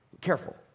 Careful